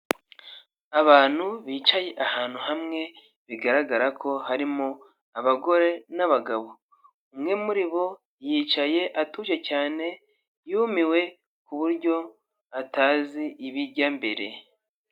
Abantu bicaye ahantu hamwe bigaragara ko harimo abagore n'abagabo; umwe muri bo yicaye atuje cyane yumiwe ku buryo atazi ibijya mbere.